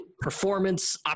Performance